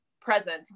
present